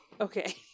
Okay